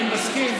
אני מסכים